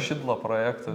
šidlo projektu